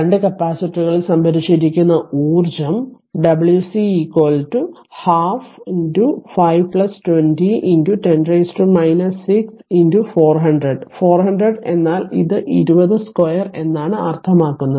2 കപ്പാസിറ്ററുകളിൽ സംഭരിച്ചിരിക്കുന്ന ഊർജ്ജം W c 12 5 20 10 6 400 400 എന്നാൽ ഇത് 20 2 എന്നാണ് അർത്ഥമാക്കുന്നത്